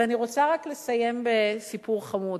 ואני רוצה רק לסיים בסיפור חמוד.